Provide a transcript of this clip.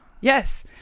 Yes